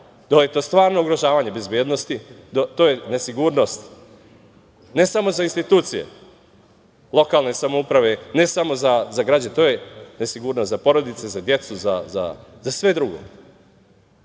da je to stvarno ugrožavanje bezbednosti, to je nesigurnost ne samo za institucije lokalne samouprave, ne samo za građane, to je nesigurnost za porodice, za decu, za sve drugo. Evo,